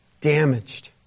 damaged